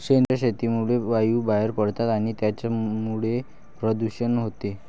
सेंद्रिय शेतीमुळे वायू बाहेर पडतात आणि त्यामुळेच प्रदूषण होते